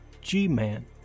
G-Man